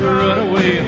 runaway